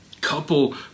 couple